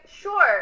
sure